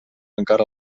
encara